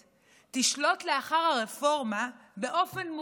תשלוט לאחר הרפורמה באופן מוחלט